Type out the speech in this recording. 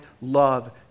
love